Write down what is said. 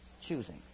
Choosing